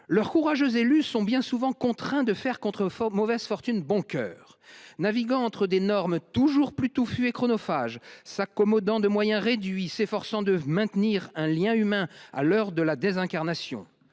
Leurs courageux élus sont bien souvent contraints de faire contre mauvaise fortune bon coeur. Naviguant entre des normes toujours plus touffues et chronophages et s'accommodant de moyens réduits, ils s'efforcent de maintenir un lien humain à l'heure de la désincarnation.